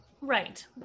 Right